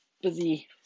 busy